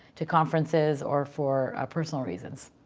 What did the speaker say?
to conferences or for personal reasons.